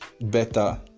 better